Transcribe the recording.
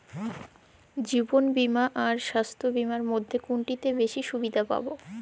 জীবন বীমা আর স্বাস্থ্য বীমার মধ্যে কোনটিতে বেশী সুবিধে পাব?